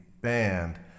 band